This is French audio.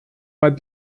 pas